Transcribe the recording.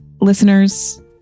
listeners